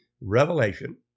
revelation